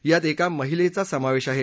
यात एका महिलेचा समावेश आहे